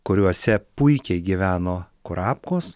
kuriuose puikiai gyveno kurapkos